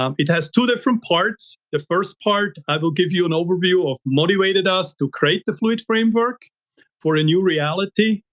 um it has two different parts. the first part, i will give you an overview of motivated task to create the fluid framework for a new reality.